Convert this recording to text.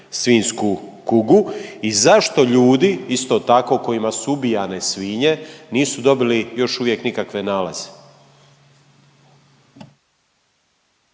svinjsku kugu? I zašto ljudi isto tako kojima su ubijane svinje nisu dobili još uvijek nikakve nalaze?